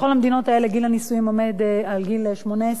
בכל המדינות האלה גיל הנישואים עומד על גיל 18,